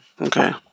Okay